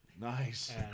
Nice